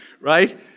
right